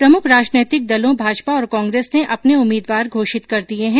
प्रमुख राजनीतिक दलों भाजपा और कांग्रेस ने अपने उम्मीदवार घोषित कर दिये हैं